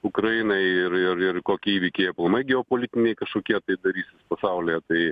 ukrainai ir ir ir kokie įvykiai aplamai geopolitiniai kažkokie tai darys pasaulyje tai